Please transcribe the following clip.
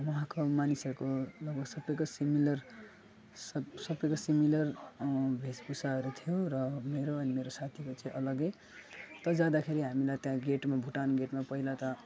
वहाँको मानिसहरूको लगाउ सबैको सिमिलर सब सबैको सिमिलर वेशभुषाहरू थियो र मेरो अनि मेरो साथीको चाहिँ अलग्गै चाहिँ जाँदाखेरि हामीलाई त्यहाँ गेटमा भुटान गेटमा पहिला त